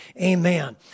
Amen